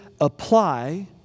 apply